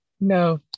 no